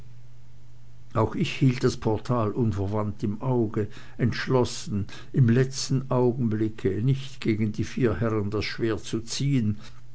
auch ich hielt das portal unverwandt im auge entschlossen im letzten augenblick nicht gegen die vier herren das schwert zu ziehen